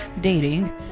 dating